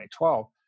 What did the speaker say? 2012